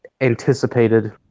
anticipated